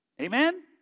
Amen